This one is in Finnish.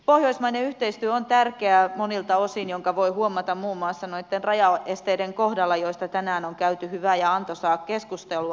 pohjoismainen yhteistyö on tärkeää monilta osin minkä voi huomata muun muassa rajaesteiden kohdalla joista tänään on käyty hyvää ja antoisaa keskustelua